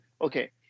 okay